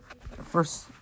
first